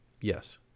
Yes